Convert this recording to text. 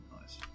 nice